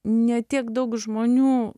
ne tiek daug žmonių